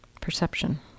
perception